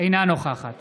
אינה נוכחת